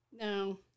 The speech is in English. No